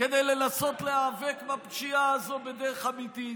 כדי לנסות להיאבק בפשיעה הזאת בדרך אמיתית?